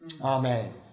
Amen